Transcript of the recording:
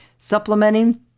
supplementing